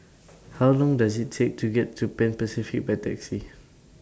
How Long Does IT Take to get to Pan Pacific By Taxi